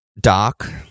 doc